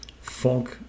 fog